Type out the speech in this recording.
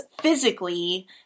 physically